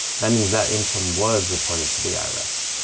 that means that income was reported to the irs.